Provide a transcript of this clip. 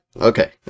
okay